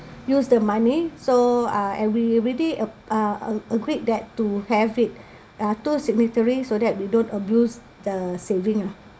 use the money so uh and we already a~ uh agreed that to have it uh two signatory so that they don't abuse the saving lah